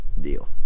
deal